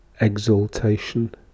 Exaltation